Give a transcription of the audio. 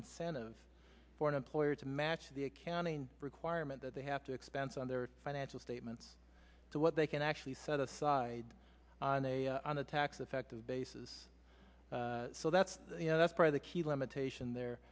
incentive for an employer to match the accounting requirement that they have to expense on their financial statements to what they can actually set aside on a on a tax effective basis that's you know that's part of the key limitation